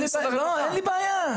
אין לי בעיה.